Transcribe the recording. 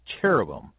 cherubim